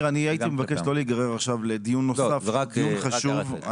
הייתי מבקש לא להיגרר עכשיו לדיון נוסף למרות שהוא דיון חשוב.